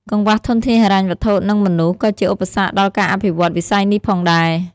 កង្វះធនធានហិរញ្ញវត្ថុ និងមនុស្ស ក៏ជាឧបសគ្គដល់ការអភិវឌ្ឍវិស័យនេះផងដែរ។